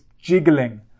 jiggling